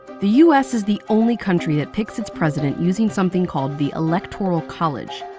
the us is the only country that picks its president using something called the electoral college.